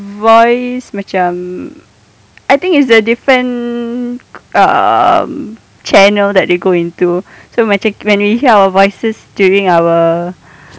voice macam I think it's the defen~ um channel that they go into so macam when we hear our voices during our